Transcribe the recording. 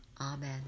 Amen